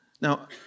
Now